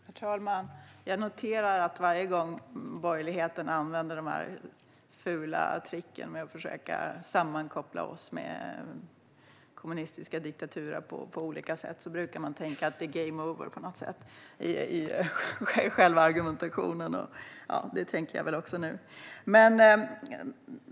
Herr talman! Jag noterar att varje gång borgerligheten använder dessa fula trick med att försöka sammankoppla oss med kommunistiska diktaturer på olika sätt brukar jag tänka att det är game over på något sätt i själva argumentationen. Det tänker jag också nu.